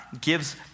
gives